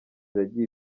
yagiye